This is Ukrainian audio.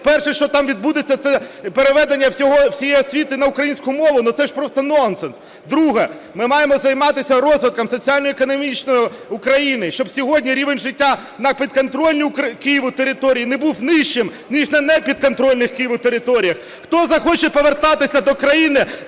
перше, що там відбудеться, – це переведення всієї освіти на українську мову? Ну, це ж просто нонсенс! Друге. Ми маємо займатися розвитком соціально-економічним України, щоб сьогодні рівень життя на підконтрольній Києву території не був нижчим, ніж на не підконтрольних Києву територіях. Хто захоче повертатися до країни,